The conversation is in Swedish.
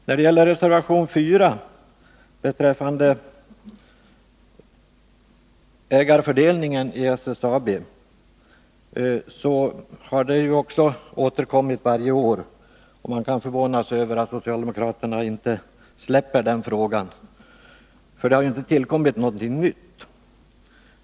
Frågan i reservation 4 beträffande ägarfördelningen i SSAB har också återkommit varje år. Man kan förvåna sig över att socialdemokraterna inte släpper den frågan — det har ju inte tillkommit någonting nytt.